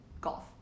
golf